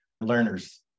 learners